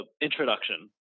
introduction